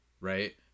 right